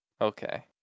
Okay